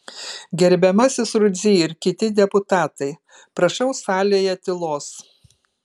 gerbiamasis rudzy ir kiti deputatai prašau salėje tylos